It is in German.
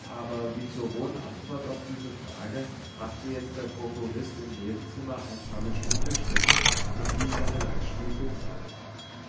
aber wie zur rohen antwort auf diese frage machte jetzt der prokurist im nebenzimmer ein paar bestimmte schritte und ließ seine lackstiefel knarren